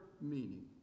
meaning